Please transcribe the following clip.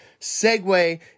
segue